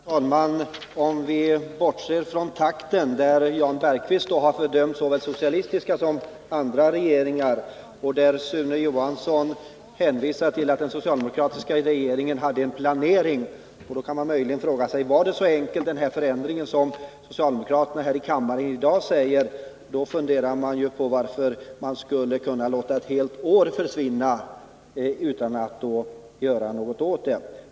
Herr talman! Om vi bortser från takten — Jan Bergqvist har ju fördömt såväl socialistiska som andra regeringar, medan Sune Johansson säger att den socialdemokratiska regeringen hade en planering — kan man möjligen fråga sig om förändringen var så enkel som socialdemokraterna säger i dag här i kammaren. Varför lät man då ett helt år gå utan att göra någonting åt saken?